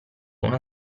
una